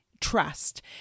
trust